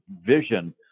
vision